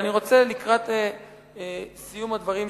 אני רוצה, לקראת סיום הדברים שלי,